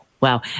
Wow